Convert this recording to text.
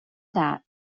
that